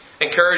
encourage